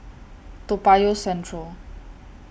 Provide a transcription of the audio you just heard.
Toa Payoh Central